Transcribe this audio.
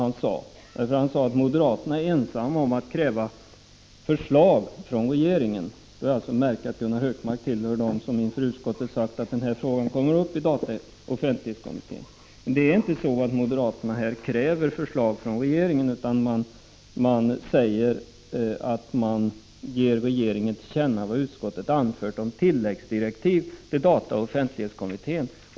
Han sade nämligen att moderaterna är ensamma om att kräva förslag från regeringen. Det är då att märka att Gunnar Hökmark är en av dem som i utskottet har sagt att den här frågan kommer att tas upp i dataoch offentlighetskommittén. Men det är inte så, att moderaterna kräver förslag från regeringen utan de ger regeringen till känna vad utskottet anfört om tilläggsdirektiv till dataoch offentlighetskommittén.